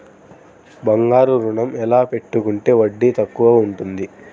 బంగారు ఋణం ఎలా పెట్టుకుంటే వడ్డీ తక్కువ ఉంటుంది?